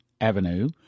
Avenue